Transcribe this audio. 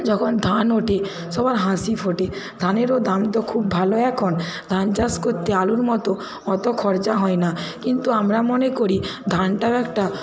যখন ধান ওঠে সবার হাসি ফোটে ধানেরও দাম তো খুব ভালো এখন ধান চাষ করতে আলুর মতো অতো খরচা হয় না কিন্তু আমরা মনে করি ধানটাও একটা